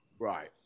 Right